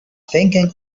thinking